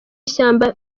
ishyamba